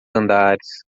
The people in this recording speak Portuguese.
andares